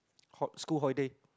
ho~ school holidays